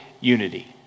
unity